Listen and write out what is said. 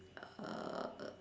err